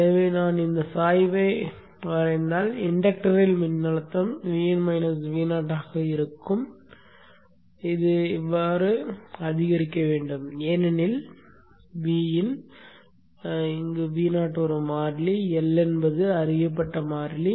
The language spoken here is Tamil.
எனவே நான் இந்த சாய்வை வரைந்தால் இண்டக்டரில் மின்னழுத்தம் இருக்கும் போது இது இப்படி அதிகரிக்க வேண்டும் ஏனெனில் Vin Vo ஒரு மாறிலி L என்பது அறியப்பட்ட மாறிலி